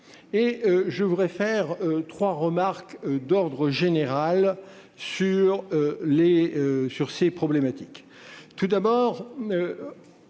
Je ferai trois remarques d'ordre général sur ces problématiques.